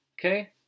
okay